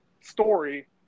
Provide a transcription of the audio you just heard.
story